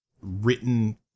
written